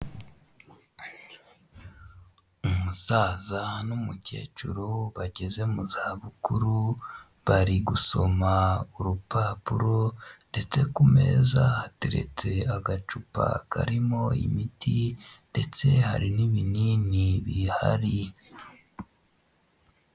Umusaza n'umukecuru bageze mu za bukuru bari gusoma urupapuro ndetse ku meza hateretse agacupa karimo imiti ndetse hari n'ibinini bihari.